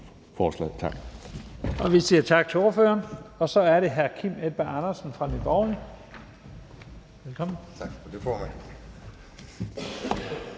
Vi siger tak til ordføreren. Så er det hr. Kim Edberg Andersen fra Nye Borgerlige. Velkommen.